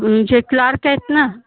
जे क्लार्क आहेत ना